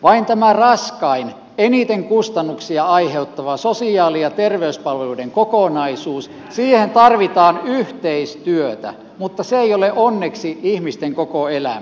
vain tähän raskaimpaan eniten kustannuksia aiheuttavaan sosiaali ja terveyspalveluiden kokonaisuuteen tarvitaan yhteistyötä mutta se ei ole onneksi ihmisten koko elämä